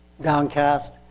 downcast